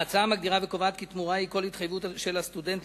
ההצעה מגדירה וקובעת כי תמורה היא כל התחייבות של הסטודנט